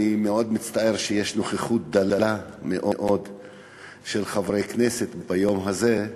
אני מאוד מצטער שיש נוכחות דלה מאוד של חברי כנסת ביום הזה.